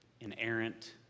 inerrant